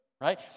Right